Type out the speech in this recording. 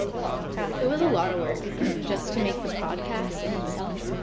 yeah it was a lot of work just to make the podcast in itself,